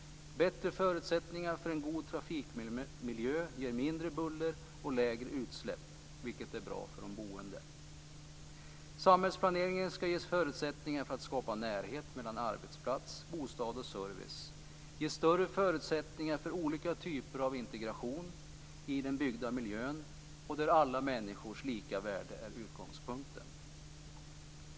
Bättre förutsättningar för en god trafikmiljö ger mindre buller och lägre utsläpp, vilket är bra för de boende. Samhällsplaneringen skall ge förutsättningar för att skapa närhet mellan arbetsplats, bostad och service, ge större förutsättningar för olika typer av integration i den byggda miljön, där alla människors lika värde är utgångspunkten.